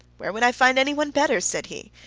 where would i find any one better? said he.